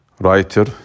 writer